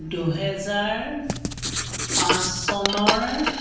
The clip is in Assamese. দুহেজাৰ পাঁচ চনৰ